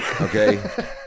Okay